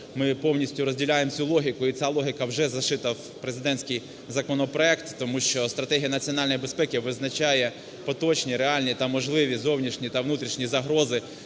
Ми повністю розділяємо цю логіку і ця логіка вже зашита в президентській законопроект, тому що Стратегія національної безпеки визначає поточні, реальні та можливі зовнішні та внутрішні загрози